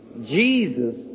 Jesus